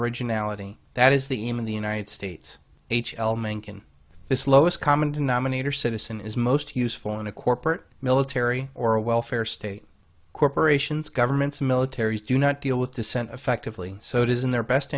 originality that is the aim of the united states h l mencken this lowest common denominator citizen is most useful in a corporate military or a welfare state corporations governments militaries do not deal with dissent effectively so it is in their best